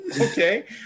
Okay